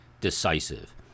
decisive